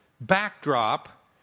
backdrop